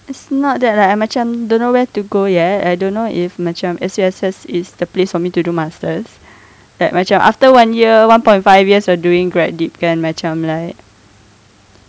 it's not that lah I macam don't know where to go yet I don't know if macam S_U_S_S is the place for me to do masters like macam after one year one point five years of doing grad dip kan macam like